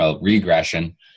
regression